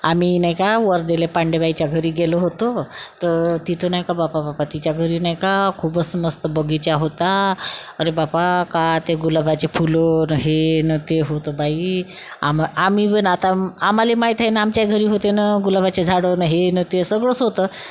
आम्हीही नाही का वर्दले पांडेबाईच्या घरी गेलो होतो तर तिथं नाही का बापा बापा तिच्या घरी नाही का खपच मस्त बगीचा होता अरे बापा का ते गुलाबाचे फुलं न हे न ते होतं बाई आम्ही आम्ही पण आता आम्हाले माहित आहे ना आमच्या घरी होते ना गुलाबाचे झाडं हे न ते सगळंच होतं